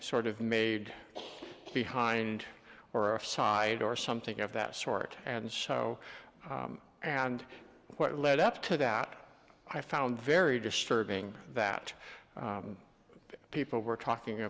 sort of made behind or of side or something of that sort and so and what led up to that i found very disturbing that people were talking